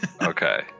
Okay